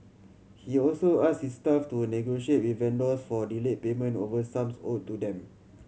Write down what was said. he also asked his staff to negotiate with vendors for delayed payment of sums owed to them